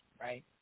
Right